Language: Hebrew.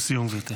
לסיום, גברתי.